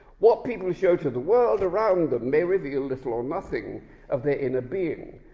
what people show to the world around them may reveal little or nothing of their inner being,